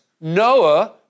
Noah